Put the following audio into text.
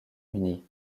unie